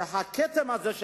שהכתם הזה,